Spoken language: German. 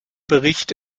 bericht